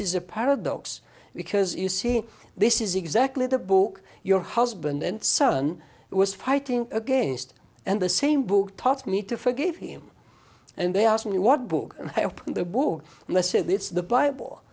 is a paradox because you see this is exactly the book your husband and son was fighting against and the same book taught me to forgive him and they asked me what book i open the book let's say this the bible